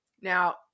Now